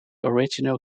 original